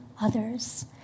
others